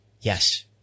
yes